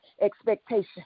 Expectation